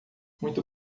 muito